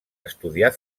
estudiar